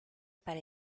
para